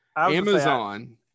amazon